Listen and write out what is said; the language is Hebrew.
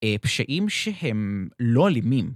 ‫פשעים שהם לא אלימים.